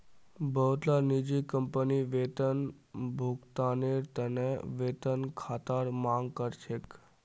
बहुतला निजी कंपनी वेतन भुगतानेर त न वेतन खातार मांग कर छेक